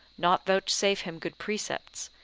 not vouchsafe him good precepts,